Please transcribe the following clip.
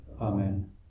Amen